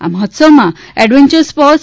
આ મહોત્સવમાં adventure sports